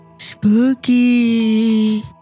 Spooky